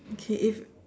okay if